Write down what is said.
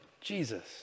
Jesus